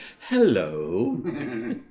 hello